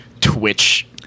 Twitch